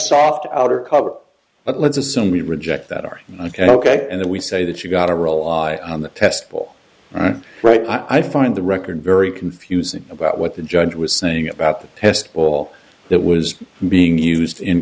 soft outer cover but let's assume we reject that are ok and then we say that you gotta rely on the test ball right right i find the record very confusing about what the judge was saying about the test ball that was being used in